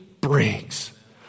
brings